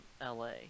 LA